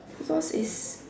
because is